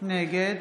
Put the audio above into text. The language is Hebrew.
נגד